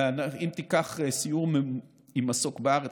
ואם תיקח סיור עם מסוק בארץ,